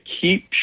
keep